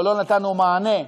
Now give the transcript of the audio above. או לא נתנו מענה,